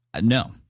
no